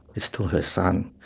it's still her son.